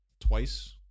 twice